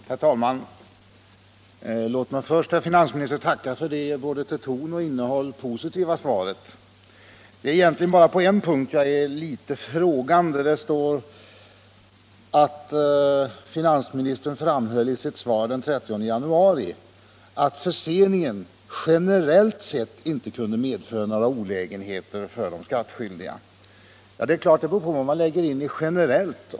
Herr talman! Låt mig till att börja med, herr finansminister, tacka för det både till ton och innehåll positiva svaret. Det är egentligen bara på en punkt jag är litet frågande. Det står att finansministern framhöll i sitt svar den 30 januari att förseningen generellt sett inte kunde medföra olägenheter för de skattskyldiga. Det är klart att det beror på vad man lägger in i ordet generellt.